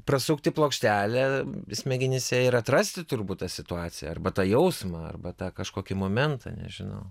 prasukti plokštelę smegenyse ir atrasti turbūt tą situaciją arba tą jausmą arba tą kažkokį momentą nežinau